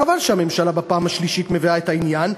חבל שהממשלה, בפעם השלישית, מביאה את העניין.